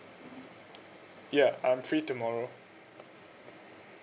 ya I'm free tomorrow